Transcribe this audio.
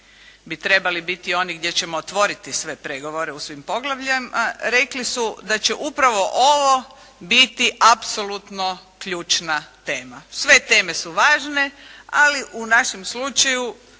bi trebali biti oni gdje ćemo otvoriti sve pregovore u svim poglavljima rekli su da će upravo ovo biti apsolutno ključna tema. Sve teme su važne, ali u našem slučaju,